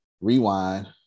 Rewind